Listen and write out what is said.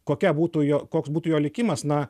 kokia būtų jo koks būtų jo likimas na